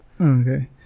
okay